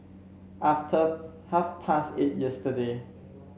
after half past eight yesterday